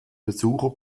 besucher